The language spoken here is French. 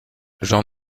jean